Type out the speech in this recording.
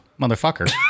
motherfucker